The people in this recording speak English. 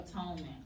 Atonement